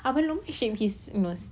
abang long shape his nose